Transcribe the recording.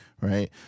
right